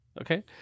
Okay